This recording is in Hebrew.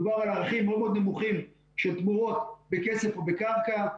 בגלל הערכים מאוד מאוד נמוכים של תמורות בכסף או בקרקע.